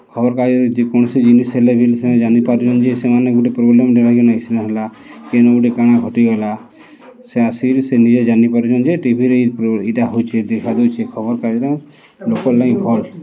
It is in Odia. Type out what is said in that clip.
ଖବରକାଗଜରେ ଯେକୌଣସି ଜିନିଷ୍ ହେଲେ ବି ସେମାନେ ଜାଣିପାରୁଚନ୍ ଯେ ସେମାନେ ଗୋଟେ ପ୍ରୋବ୍ଲେମ୍ କେନେ ହେଲା କେନ୍ ଗୁଟେ କାଣା ଘଟିଗଲା ସେ ଆସିକରି ସେ ନିଜେ ଜାନିପାରୁଚନ୍ ଯେ ଟିଭିରେ ଇଟା ହଉଛେ ଦେଖାଯାଉଚି ଖବର୍କାଗଜ୍ରେ ଲୋକ ଲାଗି ଭଲ୍